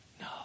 no